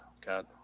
God